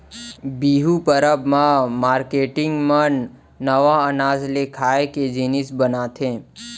बिहू परब म मारकेटिंग मन नवा अनाज ले खाए के जिनिस बनाथे